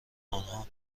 آنها